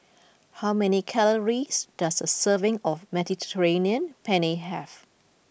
how many calories does a serving of Mediterranean Penne have